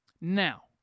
Now